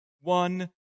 one